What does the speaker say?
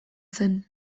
zen